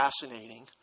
fascinating